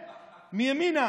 והינה,